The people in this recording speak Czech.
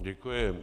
Děkuji.